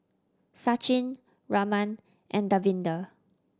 Sachin Raman and Davinder